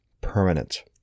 permanent